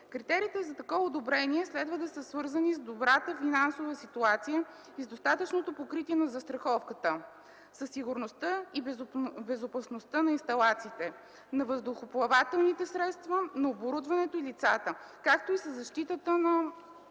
Критериите за такова одобрение следва да са свързани с добрата финансова ситуация и с достатъчното покритие на застраховката, със сигурността и безопасността на инсталациите на въздухоплавателните средства, на оборудването и лицата, както и със защитата на